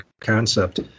concept